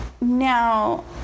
now